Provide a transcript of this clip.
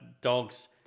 dogs